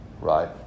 Right